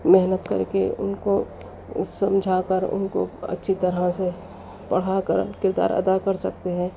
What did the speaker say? محنت کر کے ان کو سمجھا کر ان کو اچھی طرح سے پڑھا کر کردار ادا کر سکتے ہیں